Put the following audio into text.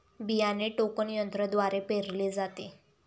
बियाणे टोकन यंत्रद्वारे पेरले जाते